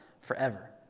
forever